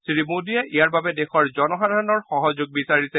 শ্ৰীমোদীয়ে ইয়াৰ বাবে দেশৰ জনসাধাৰণৰ সহযোগ বিচাৰিছে